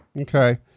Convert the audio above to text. Okay